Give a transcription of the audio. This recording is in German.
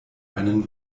einen